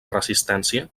resistència